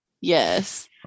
Yes